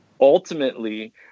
ultimately